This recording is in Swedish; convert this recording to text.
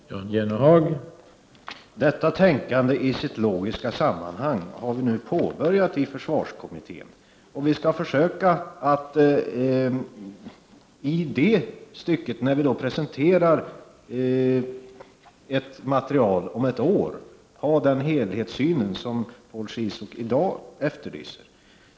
Herr talman! Detta tänkande i sitt logiska sammanhang har vi nu påbörjat i försvarskommittén. När vi presenterar ett material om ett år skall vi försöka ha den helhetssynen som Paul Ciszuk i dag efterlyser.